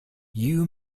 you